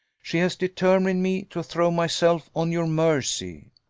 she has determined me to throw myself on your mercy.